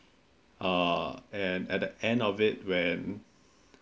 uh and at the end of it when